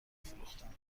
فروختند